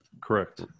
Correct